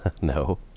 no